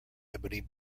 ebony